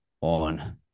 on